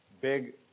big